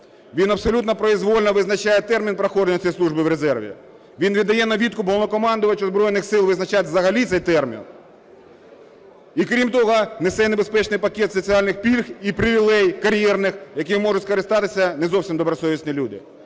Він абсолютно произвольно визначає термін проходження цієї служби в резерві. Він віддає на відкуп Головнокомандувачу Збройних Сил визначати взагалі цей термін. І крім того, несе небезпечний пакет соціальних пільг і привілеїв кар'єрних, якими можуть скористатись не зовсім добросовісні люди.